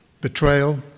betrayal